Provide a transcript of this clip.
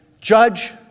judge